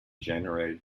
generated